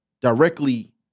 directly